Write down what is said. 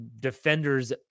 defender's